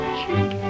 cheek